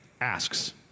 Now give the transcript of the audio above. asks